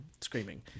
screaming